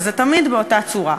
וזה תמיד באותה צורה: